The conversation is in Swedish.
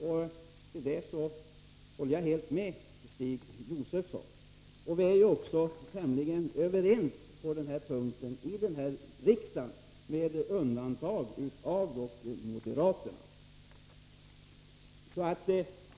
Jag håller helt med Stig Josefson. Vi är ju också tämligen överens på den punkten i den här riksdagen — med undantag dock av moderaterna.